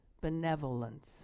benevolence